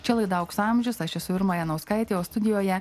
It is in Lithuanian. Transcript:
čia laidų aukso amžius aš esu irma janauskaitė o studijoje